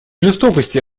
жестокости